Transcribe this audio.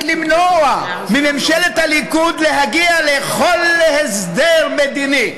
למנוע מממשלת הליכוד להגיע לכל הסדר מדיני.